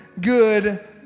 good